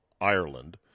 Ireland